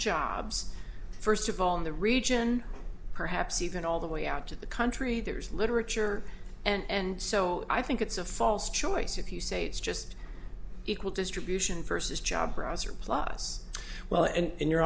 jobs first of all in the region perhaps even all the way out to the country there's literature and so i think it's a false choice if you say it's just equal distribution first is job browser plus well and you're